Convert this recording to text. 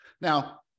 Now